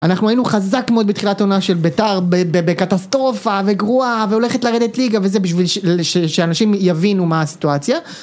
אנחנו היינו חזק מאוד בתחילת עונה של בית"ר בקטסטרופה וגרועה והולכת לרדת ליגה וזה בשביל שאנשים יבינו מה הסיטואציה